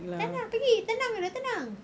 tak nak pergi tendang muka dia tendang